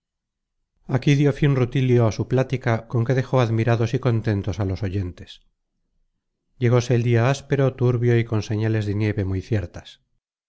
felicísimo viaje aquí dió fin rutilio á su plática con que dejó admirados y contentos á los oyentes llegóse el dia áspero turbio y con señales de nieve muy ciertas